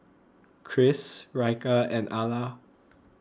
Kris Ryker and Ala